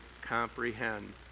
comprehend